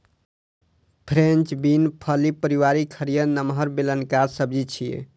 French bean फली परिवारक हरियर, नमहर, बेलनाकार सब्जी छियै